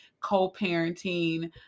co-parenting